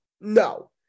No